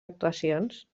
actuacions